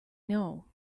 know